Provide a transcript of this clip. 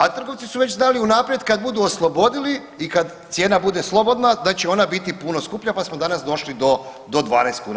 A trgovci su već znali unaprijed kad budu oslobodili i kad cijena bude slobodna da će ona biti puno skuplja, pa smo danas došli do 12 kuna.